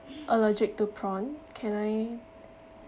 allergic to prawn can I